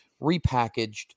repackaged